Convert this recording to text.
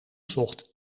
zocht